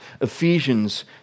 Ephesians